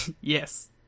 Yes